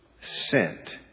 sent